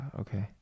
Okay